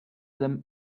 them